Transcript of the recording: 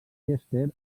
chester